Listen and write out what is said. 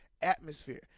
atmosphere